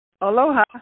Aloha